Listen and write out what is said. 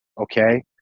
okay